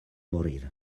morir